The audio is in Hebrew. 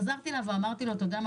חזרתי אליו ואמרתי לו: אתה יודע מה?